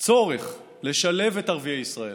צורך לשלב את ערביי ישראל.